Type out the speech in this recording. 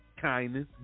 kindness